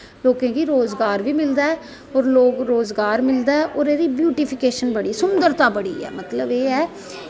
लेकें गी रोज़गार बी मिलदा ऐ और रोज़गार मिलदा ऐ और एह्दी ब्यूटूफिकेशन बड़ी सुन्दरता बड़ी ऐ एह् ऐ